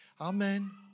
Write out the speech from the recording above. Amen